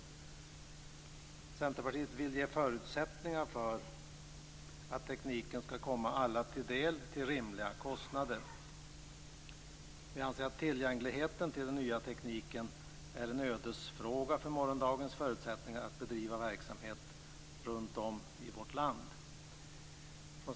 Centerpartiet vill ge förutsättningar för att tekniken skall komma alla till del till rimliga kostnader. Vi från Centerpartiet anser att tillgängligheten till den nya tekniken är en ödesfråga för morgondagens förutsättningar att bedriva verksamhet runtom i vårt land.